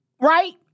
right